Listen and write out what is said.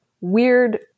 weird